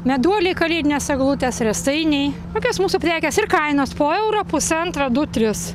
meduoliai kalėdinės eglutės riestainiai kokios mūsų prekės ir kainos po eurą pusantro du tris